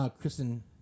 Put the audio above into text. Kristen